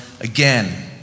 again